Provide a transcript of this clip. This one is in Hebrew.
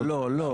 לא, לא.